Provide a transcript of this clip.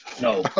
No